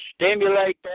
stimulate